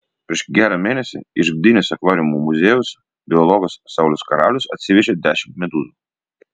prieš gerą mėnesį iš gdynės akvariumo muziejaus biologas saulius karalius atsivežė dešimt medūzų